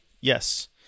Yes